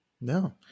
No